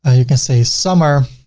ah you can say summer.